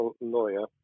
lawyer